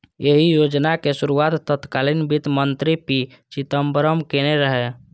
एहि योजनाक शुरुआत तत्कालीन वित्त मंत्री पी चिदंबरम केने रहै